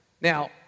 Now